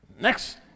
Next